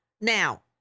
Now